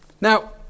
Now